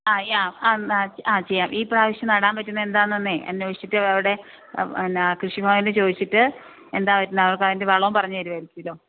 ആ യാ ആ ആ ആ ചെയ്യാം ഈ പ്രാവശ്യം നടാന് പറ്റുന്നത് എന്താണെന്നൊന്ന് അന്വേഷിച്ചിട്ട് അവിടെ പിന്നെ കൃഷി ഭവനില് ചോദിച്ചിട്ട് എന്താണ് പിന്നെ അതിന്റെ വളവും പറഞ്ഞു തരുമായിരിക്കുമല്ലോ